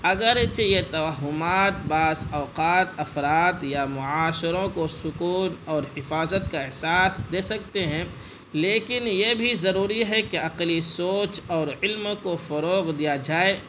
اگرچہ یہ توہمات بعض اوقات افراد یا معاشروں کو سکون اور حفاظت کا احساس دے سکتے ہیں لیکن یہ بھی ضروری ہے کہ عقلی سوچ اور علم کو فروغ دیا جائے